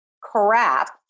crap